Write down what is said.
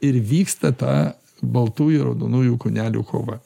ir vyksta ta baltųjų raudonųjų kūnelių kova